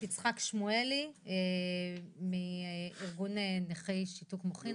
יצחק שמואלי מארגון אנשים, נכי שיתוק מוחין,